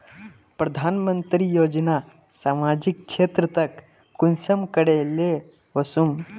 प्रधानमंत्री योजना सामाजिक क्षेत्र तक कुंसम करे ले वसुम?